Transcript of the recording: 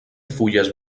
fulles